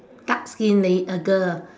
dark skin la~ a girl